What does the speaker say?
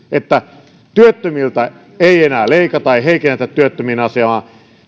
että työttömiltä ei enää leikata ei heikennetä työttömien asemaa